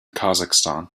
kazakhstan